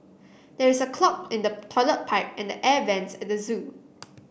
there is a clog in the toilet pipe and the air vents at the zoo